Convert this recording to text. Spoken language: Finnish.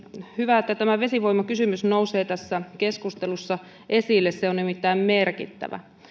hyvä että tämä vesivoimakysymys nousee tässä keskustelussa esille se on nimittäin merkittävä